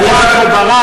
מופז או ברק?